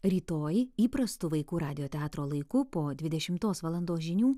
rytoj įprastu vaikų radijo teatro laiku po dvidešimtos valandos žinių